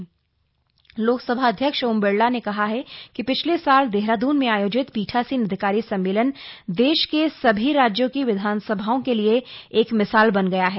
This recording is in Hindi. ओम बिरला मुलाकात लोकसभा अध्यक्ष ओम बिरला ने कहा है कि पिछले साल देहरादन में आयोजित पीठासीन अधिकारी सम्मेलन देश के सभी राज्यों की विधानसभाओं के लिए एक मिसाल बन गया है